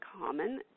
common